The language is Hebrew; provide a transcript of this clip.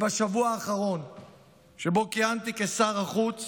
שבשבוע האחרון שבו כיהנתי כשר החוץ